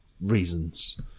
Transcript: reasons